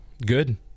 Good